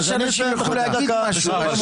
--- אמרת שאנשים ישלימו את הדברים שלהם.